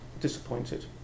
disappointed